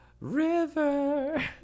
river